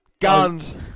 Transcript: guns